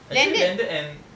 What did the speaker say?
actually landed and